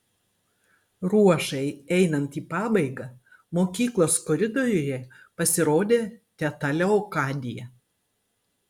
ruošai einant į pabaigą mokyklos koridoriuje pasirodė teta leokadija